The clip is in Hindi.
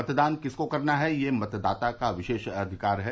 मतदान किसको करना है यह मतदाता का विशेषाधिकार है